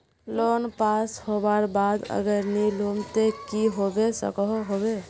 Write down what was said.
Loan pass होबार बाद अगर नी लुम ते की होबे सकोहो होबे?